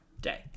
day